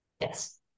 Yes